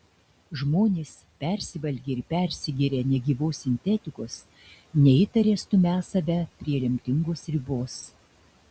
žmonės persivalgę ir persigėrę negyvos sintetikos neįtaria stumią save prie lemtingos ribos